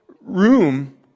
room